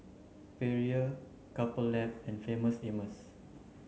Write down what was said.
Perrier Couple Lab and Famous Amos